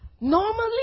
Normally